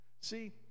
See